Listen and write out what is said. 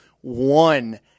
one